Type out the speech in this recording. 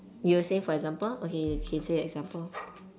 you were saying for example okay you can say the example